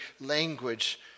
language